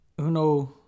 UNO